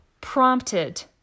prompted